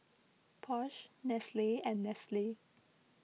Porsche Nestle and Nestle